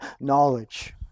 knowledge